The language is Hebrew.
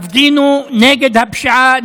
תפגינו נגד הפשיעה,